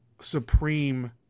supreme